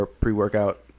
pre-workout